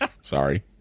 Sorry